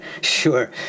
Sure